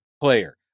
player